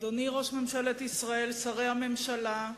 אדוני ראש ממשלת ישראל, שרי הממשלה,